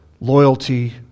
loyalty